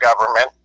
government